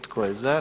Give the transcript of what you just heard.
Tko je za?